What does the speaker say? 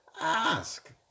ask